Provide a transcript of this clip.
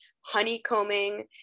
honeycombing